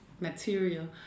material